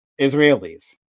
Israelis